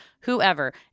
whoever